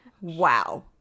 wow